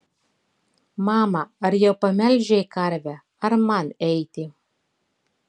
mama ar jau pamelžei karvę ar man eiti